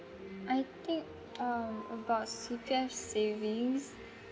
I think um about C_P_F savings